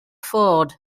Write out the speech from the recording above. ford